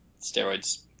steroids